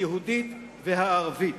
היהודית והערבית.